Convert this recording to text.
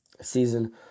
season